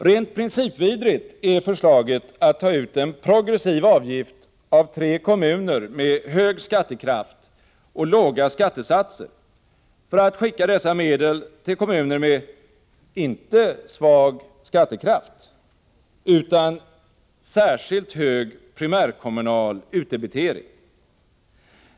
Rent principvidrigt är förslaget att ta ut en progressiv avgift av tre kommuner med hög skattekraft och låga skattesatser för att skicka dessa medel till vissa andra kommuner —- inte med svag skattekraft utan med särskilt hög primärkommunal utdebitering.